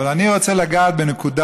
אבל אני רוצה לגעת בנקודה